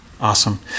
Awesome